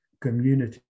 community